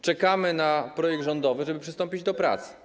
Czekamy na projekt rządowy, żeby przystąpić do prac.